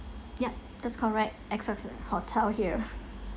ya that's correct X X X hotel here